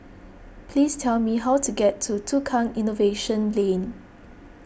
please tell me how to get to Tukang Innovation Lane